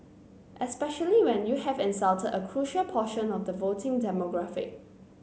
especially when you have insulted a crucial portion of the voting demographic